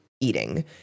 eating